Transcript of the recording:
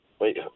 Wait